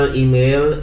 email